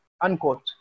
unquote